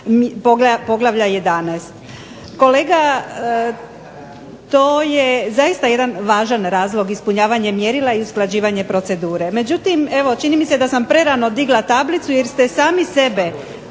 poglavlja 11. Kolega, to je zaista jedan važan razlog, ispunjavanje mjerila i usklađivanje procedure. Međutim evo, čini mi se da sam prerano digla tablicu jer ste sami sebe